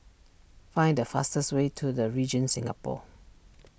find the fastest way to the Regent Singapore